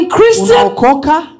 Christian